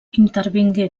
intervingué